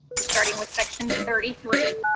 we're starting with section thirty three.